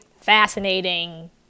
fascinating